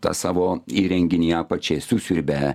tą savo įrenginį į apačią susiurbia